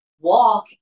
walk